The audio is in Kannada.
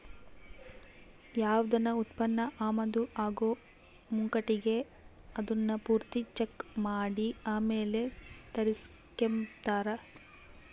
ಯಾವ್ದನ ಉತ್ಪನ್ನ ಆಮದು ಆಗೋ ಮುಂಕಟಿಗೆ ಅದುನ್ನ ಪೂರ್ತಿ ಚೆಕ್ ಮಾಡಿ ಆಮೇಲ್ ತರಿಸ್ಕೆಂಬ್ತಾರ